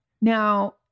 Now